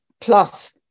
plus